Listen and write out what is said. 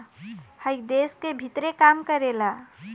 हइ देश के भीतरे काम करेला